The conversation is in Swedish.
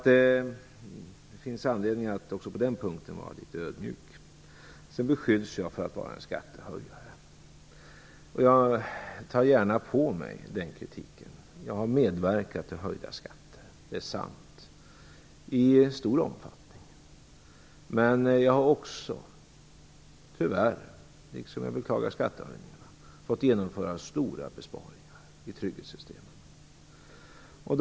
Så det finns anledning att också på den punkten vara litet ödmjuk. Jag beskylls för att vara en skattehöjare. Jag tar gärna på mig den kritiken. Jag har medverkat till höjda skatter i stor omfattning; det är sant. Jag beklagar skattehöjningarna. Men tyvärr har jag också fått genomföra stora besparingar i trygghetssystemen.